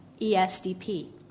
ESDP